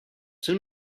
soon